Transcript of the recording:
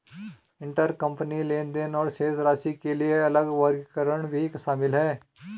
intercompany लेनदेन और शेष राशि के लिए अलग वर्गीकरण भी शामिल हैं